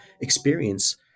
experience